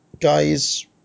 guys